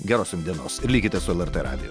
geros jum dienos ir likite su lrt radiju